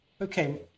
okay